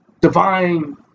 divine